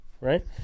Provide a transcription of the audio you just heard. right